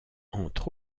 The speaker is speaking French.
entre